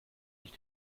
ich